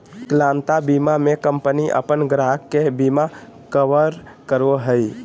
विकलांगता बीमा में कंपनी अपन ग्राहक के बिमा कवर करो हइ